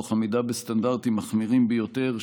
תוך עמידה בסטנדרטים מחמירים ביותר,